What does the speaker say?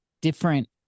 different